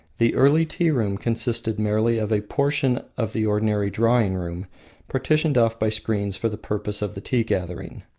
the early tea-room consisted merely of a portion of the ordinary drawing-room partitioned off by screens for the purpose of the tea-gathering.